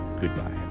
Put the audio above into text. goodbye